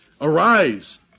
Arise